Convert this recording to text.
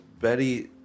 Betty